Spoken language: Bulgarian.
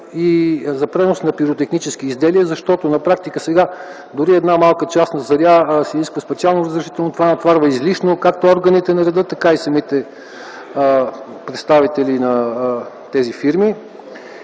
за пренос на пиротехнически изделия. На практика сега дори за една малка частна заря се иска специално разрешително. Това натоварва излишно както органите на реда, така и самите представители на тези фирми.